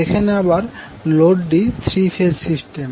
এখানে আবার লোডটি থ্রি ফেজ সিস্টেম